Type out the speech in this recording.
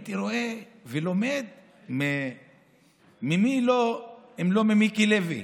והייתי רואה ולומד ממי אם לא מיקי לוי,